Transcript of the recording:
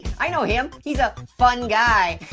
i know him, he's a fungi.